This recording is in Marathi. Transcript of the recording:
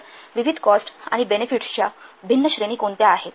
तर विविध कॉस्ट आणि बेनेफिट्स च्या भिन्न श्रेणी कोणत्या आहेत